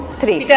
three